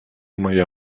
моя